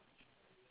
okay